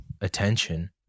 attention